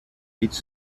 word